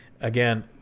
Again